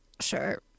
Sure